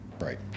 right